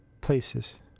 places